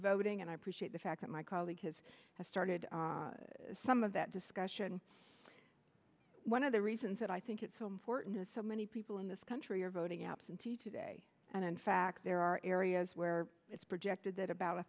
voting and i appreciate the fact that my colleague has started some of that discussion one of the reasons that i think it's so important that so many people in this country are voting absentee today and in fact there are areas where it's projected that about a